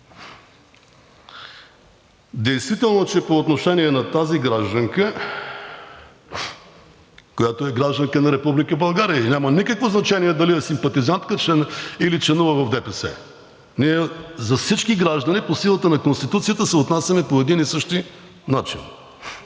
Действително, че по отношение на тази гражданка, която е гражданка на Република България и няма никакво значение дали е симпатизантка или членува в ДПС – ние към всички граждани по силата на Конституцията се отнасяме по един и същи начин,